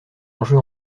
enjeu